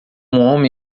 homem